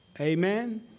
Amen